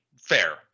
fair